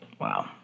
Wow